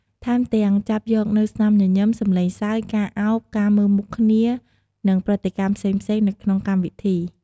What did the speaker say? ថែមទាំងចាប់យកនូវស្នាមញញឹម សំឡេងសើច ការឱប ការមើលមុខគ្នា និងប្រតិកម្មផ្សេងៗនៅក្នុងកម្មវិធី។